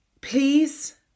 Please